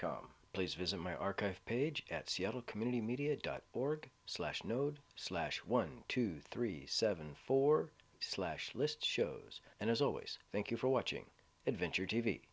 com please visit my archive page at seattle community media dot org slash node slash one two three seven four slash list shows and as always thank you for watching adventure t